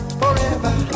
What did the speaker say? forever